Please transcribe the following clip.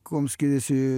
kuom skiriasi